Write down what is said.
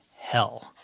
hell